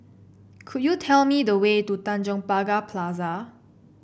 could you tell me the way to Tanjong Pagar Plaza